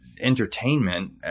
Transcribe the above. entertainment